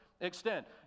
extent